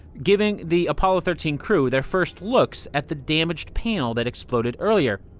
giving the apollo thirteen crew their first looks at the damaged panel that exploded earlier.